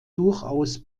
durchaus